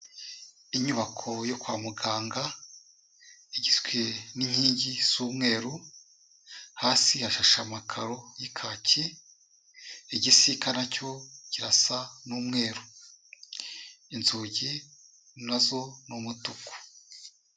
Inyubako yo kwa muganga igizwe n'inkingi z'umweru, hasi hashashe amakaro y'ikaki, igisika na cyo kirasa n'umweru, inzugi na zo ni umutuku.